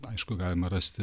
aišku galima rasti